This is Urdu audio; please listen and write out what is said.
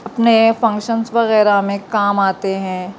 اپنے فنکشنس وغیرہ میں کام آتے ہیں